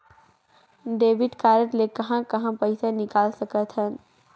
Debit card ले कहां कहां पइसा निकाल सकथन?